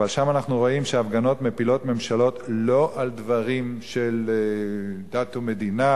אבל שם אנחנו רואים שהפגנות מפילות ממשלות לא על דברים של דת ומדינה,